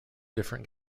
different